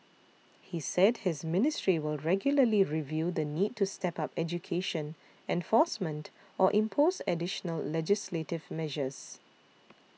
he said his ministry will regularly review the need to step up education enforcement or impose additional legislative measures